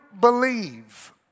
believe